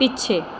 ਪਿੱਛੇ